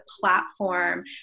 platform